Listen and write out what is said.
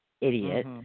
Idiot